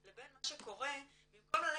לבין מה שקורה, במקום ללכת